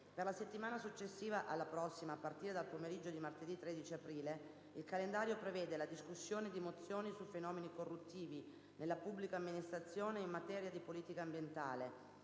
Per la settimana successiva alla prossima, a partire dal pomeriggio di martedì 13 aprile, il calendario prevede la discussione di mozioni sui fenomeni corruttivi nella pubblica amministrazione e in materia di politica ambientale,